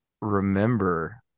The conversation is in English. remember